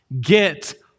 get